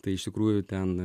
tai iš tikrųjų ten